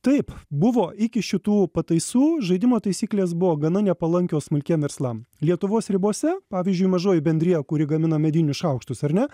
taip buvo iki šitų pataisų žaidimo taisyklės buvo gana nepalankios smulkiem verslam lietuvos ribose pavyzdžiui mažoji bendrija kuri gamina medinius šaukštus ar ne